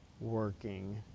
working